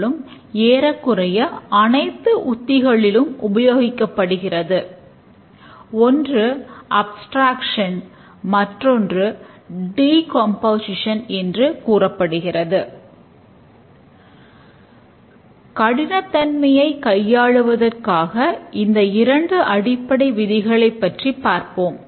மிகக்குறைந்த நேரத்திலேயே வெவ்வேறு ப்ராப்ளங்களுக்கான மாதிரிகளை உருவாக்க ஆரம்பிக்க முடியும் என்பதை நாம் பார்ப்போம்